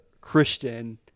Christian